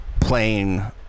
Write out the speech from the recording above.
playing